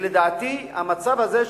לדעתי המצב הזה,